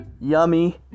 Yummy